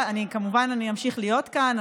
וכמובן אני אמשיך להיות כאן,